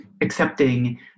accepting